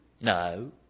No